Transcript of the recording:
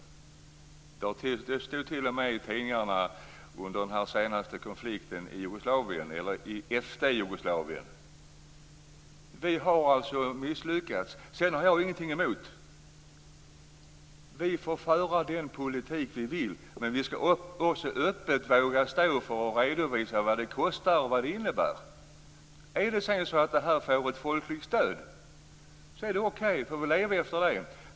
Det stod t.o.m. i tidningarna under den senaste konflikten i f.d. Jugoslavien. Vi har alltså misslyckats. Sedan har jag ingenting emot att vi får föra den politik vi själva vill. Men vi ska också öppet våga stå för och redovisa vad den kostar och vad den innebär. Är det sedan så att det här får ett folkligt stöd så är det okej. Vi lever ju efter det.